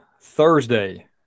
Thursday